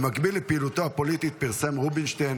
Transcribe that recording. במקביל לפעילותו הפוליטית פרסם רובינשטיין